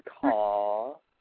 call